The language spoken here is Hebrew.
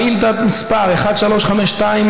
שאילתה מס' 1352,